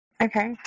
Okay